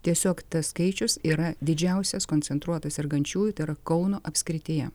tiesiog tas skaičius yra didžiausias koncentruotas sergančiųjų tai yra kauno apskrityje